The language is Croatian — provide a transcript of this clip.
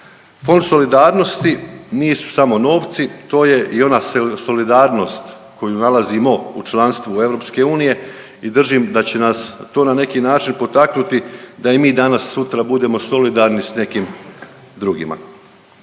Konsolidarnosti nisu samo novci, to je i ona solidarnost koju nalazimo u članstvu EU i držim da će nas to na neki način potaknuti da i mi danas sutra budemo solidarni s nekim drugima.